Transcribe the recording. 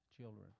children